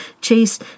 chase